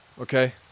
okay